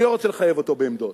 אני לא רוצה לחייב אותו בעמדות.